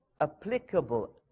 applicable